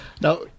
Now